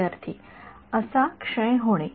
विद्यार्थीः असा क्षय होणे